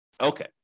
Okay